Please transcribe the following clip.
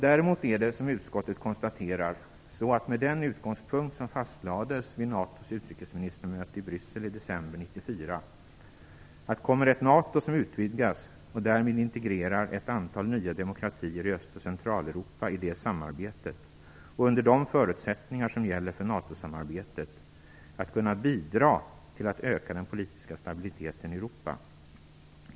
Däremot är det som utskottet konstaterar: Med den utgångspunkt som fastlades vid NATO:s utrikesministermöte i Bryssel i december 1994 kommer ett NATO som utvidgas, och därmed integrerar ett antal nya demokratier i Öst och Centraleuropa i det samarbetet och under de förutsättningar som gäller för NATO-samarbetet, att kunna bidra till att öka den politiska stabiliteten i Europa.